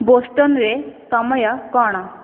ବୋଷ୍ଟନରେ ସମୟ କ'ଣ